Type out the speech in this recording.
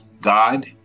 God